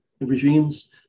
regimes